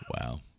Wow